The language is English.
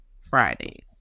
Fridays